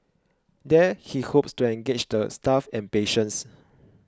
there he hopes to engage the staff and patients